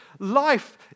Life